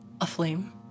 aflame